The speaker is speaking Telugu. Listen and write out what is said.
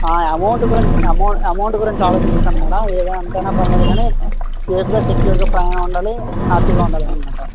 అమౌంట్ గురించి అమౌ అమౌంట్ గురించి ఆలోచించకండి మేడం ఏది ఎంత అయిన పర్లేదు కానీ సేఫ్ గా సెక్యూర్ గా బాగానే ఉండాలి హ్యాపీ గా ఉండాలి అనమాట